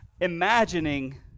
imagining